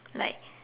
like